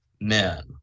men